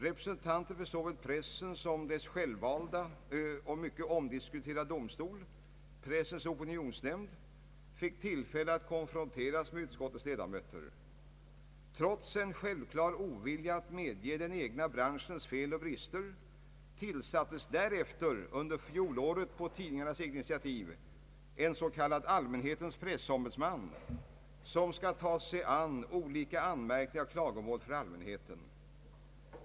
Representanter för såväl pressen som dess självvalda och mycket omdiskuterade domstol — Pressens opinionsnämnd — fick tillfälle att konfronteras med utskottets ledamöter. Trots en självklar ovilja att medge den egna branschens fel och brister tillsattes därefter under fjolåret på tidningarnas eget initiativ en s.k. allmänhetens pressombudsman som skall ta sig an olika anmärkningar och klagomål från allmänheten.